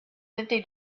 fifty